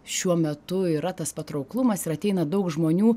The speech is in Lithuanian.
šiuo metu yra tas patrauklumas ir ateina daug žmonių